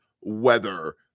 weather